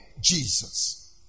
Jesus